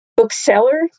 Bookseller